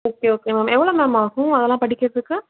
okay okay ma'am எவ்வளோ ma'am ஆகும் அதெல்லாம் படிக்கிறதுக்கு